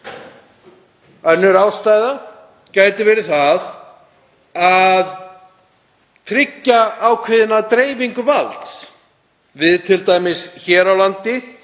Önnur ástæða gæti verið að tryggja ákveðna dreifingu valds. Við hér á landi